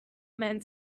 men